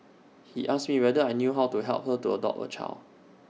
he asked me whether I knew how to help her to adopt A child